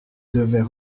devaient